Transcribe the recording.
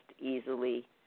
easily